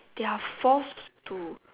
they are forced to